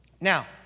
Now